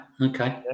Okay